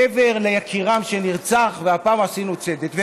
מעבר ליקירן שנרצח, והפעם עשינו צדק.